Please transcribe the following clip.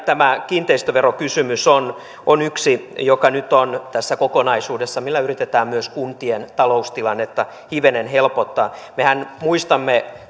tämä kiinteistöverokysymys on on yksi joka nyt on tässä kokonaisuudessa millä yritetään myös kuntien taloustilannetta hivenen helpottaa mehän muistamme